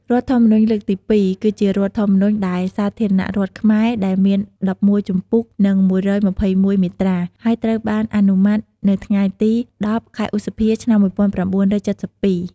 រដ្ឋធម្មនុញ្ញលើកទី២ គឺជារដ្ឋធម្មនុញ្ញ នៃសាធារណរដ្ឋខ្មែរ ដែលមាន១១ ជំពូក និង១២១ មាត្រា ហើយត្រូវបានអនុម័តនៅថ្ងៃទី ១០ ខែឧសភា ១៩៧២។